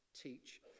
teach